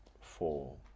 four